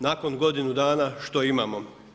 Nakon godine dana što imamo?